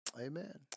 Amen